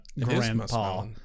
grandpa